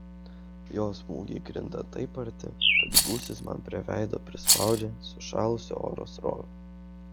jo smūgiai krinta taip arti kad gūsis man prie veido prispaudžia sušalusio oro srovę